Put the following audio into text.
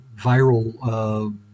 viral